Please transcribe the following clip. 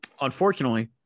Unfortunately